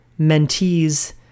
mentees